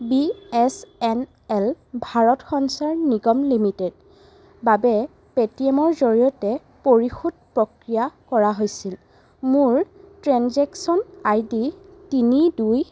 B S N L Bharat Sanchar Nigam limited বাবে পে'টিএমৰ জৰিয়তে পৰিশোধ প্ৰক্ৰিয়া কৰা হৈছিল মোৰ ট্ৰেনজেকশ্যন আইডি তিনি দুই